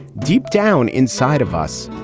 deep down inside of us,